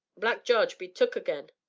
black jarge be took again.